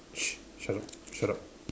shh shut up shut up